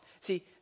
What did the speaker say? see